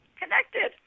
connected